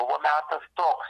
buvo metas toks